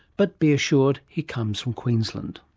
but be assured, he comes from queensland.